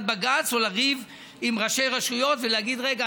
בג"ץ או לריב עם ראשי רשויות ולהגיד: רגע,